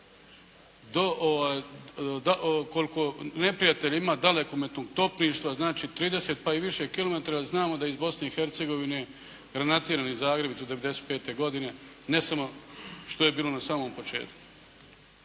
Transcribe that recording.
koliko neprijatelj ima dalekometnog topništva, znači 30 pa i više kilometara, znamo da je iz Bosne i Hercegovine granatiran i Zagreb 95. godine, ne samo što je bilo na samom početku.